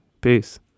Peace